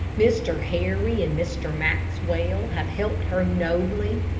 mr. harry and mr. maxwell have helped her nobly.